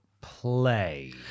play